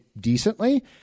decently